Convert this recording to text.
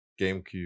GameCube